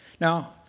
Now